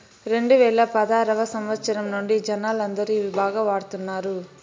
రెండువేల పదారవ సంవచ్చరం నుండి జనాలందరూ ఇవి బాగా వాడుతున్నారు